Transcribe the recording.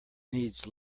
need